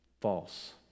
False